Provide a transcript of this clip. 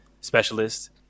specialist